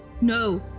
no